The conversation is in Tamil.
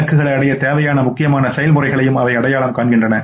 இலக்குகளை அடைய தேவையான முக்கியமான செயல்முறைகளையும் அவை அடையாளம் காண்கின்றன